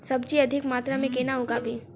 सब्जी अधिक मात्रा मे केना उगाबी?